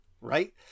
right